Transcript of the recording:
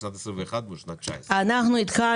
בשנת 21' מול שנת 19'. אנחנו התחלנו